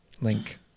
link